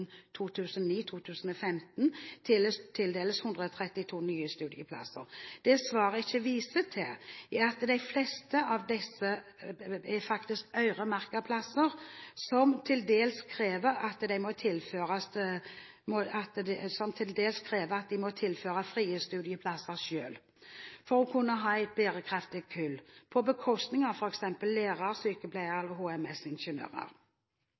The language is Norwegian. tildeles 132 nye studieplasser. Det svaret ikke viser til, er at de fleste av disse faktisk er øremerkede plasser som til dels krever at de må tilføre frie studieplasser selv for å kunne ha et bærekraftig kull, på bekostning av f.eks. lærere og sykepleiere eller HMS-ingeniører. UH-sektoren ønsker å ta sitt samfunnsansvar på alvor gjennom utviklingen av